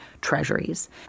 treasuries